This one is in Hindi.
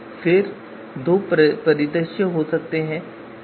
फिर दो परिदृश्य हो सकते हैं